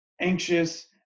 anxious